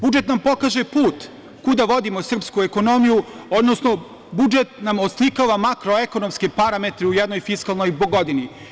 Budžet nam pokazuje put kuda vodimo srpsku ekonomiju, odnosno budžet nam oslikava makroekonomske parametre u jednoj fiskalnoj godini.